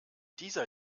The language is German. dieser